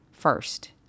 first